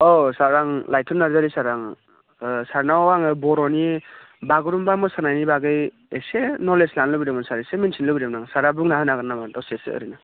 औ सार आं लाइथुन नार्जारी सार आं सारनाव आङो बर'नि बागुरुम्बा मोसानायनि बागै एसे नलेज लानो लुगैदोंमोन सार एसे मोनथिनो लुगैदोंमोन आं सारा बुंना होनो हागोन नामा दसेसो ओरैनो